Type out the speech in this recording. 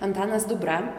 antanas dubra